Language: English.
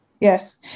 Yes